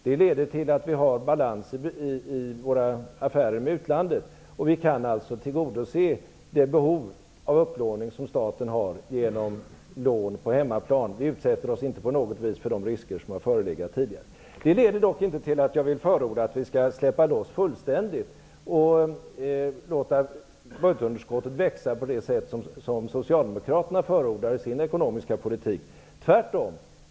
Det leder till att vi har balans i våra affärer med utlandet. Vi kan alltså tillgodose det behov av upplåning som staten har genom att låna på hemmaplan. Vi utsätter oss inte på något vis för risker som har förelegat tidigare. Det här leder dock inte till att jag vill förorda att vi skall släppa loss fullständigt och låta budgetunderskottet växa på det sätt som Socialdemokraterna förordar i sin ekonomiska politik. Tvärtom!